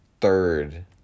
third